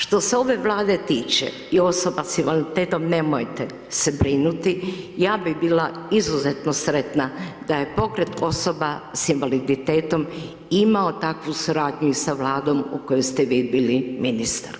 Što se ove Vlade tiče i osoba s invaliditetom, nemojte se brinuti, ja bi bila izuzetno sretna da je pokret osoba s invaliditetom imao takvu suradnju i sa vladom u kojoj ste vi bili ministar.